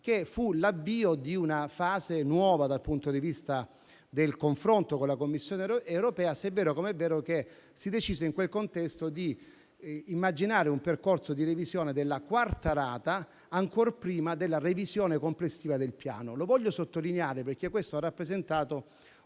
fu l'avvio di una fase nuova dal punto di vista del confronto con la Commissione europea, se è vero come è vero che si decise, in quel contesto, di immaginare un percorso di revisione della quarta rata, ancor prima della revisione complessiva del Piano. Lo voglio sottolineare perché questo ha rappresentato